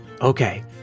Okay